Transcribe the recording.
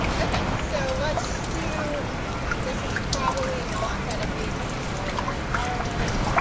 ok. so let's do this is probably not going to be whoops. northern ireland,